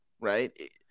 Right